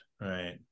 right